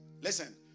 listen